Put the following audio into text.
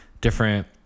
different